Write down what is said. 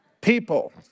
people